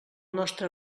nostre